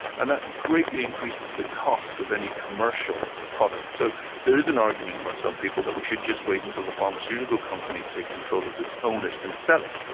and that greatly increases the cost of any commercial product. so there is an argument by some people that we should just wait until the pharmaceutical companies take control of this, own it and sell it.